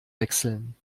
wechseln